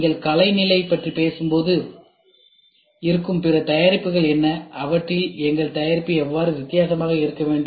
நீங்கள் கலை நிலை பற்றி பேசும்போது இருக்கும் பிற தயாரிப்புகள் என்ன அவற்றிலிருந்து எங்கள் தயாரிப்பு எவ்வாறு வித்தியாசமாக இருக்க வேண்டும்